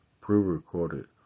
pre-recorded